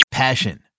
Passion